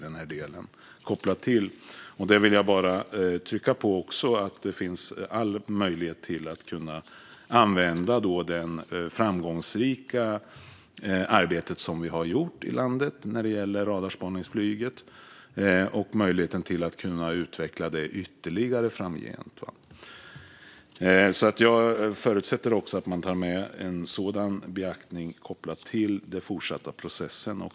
Där vill jag också trycka på att det finns all möjlighet att använda det framgångsrika arbete vi har gjort i landet när det gäller radarspaningsflyget och att utveckla detta ytterligare framgent. Jag förutsätter att man också tar detta i beaktande kopplat till den fortsatta processen.